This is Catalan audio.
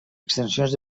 extensions